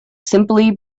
simply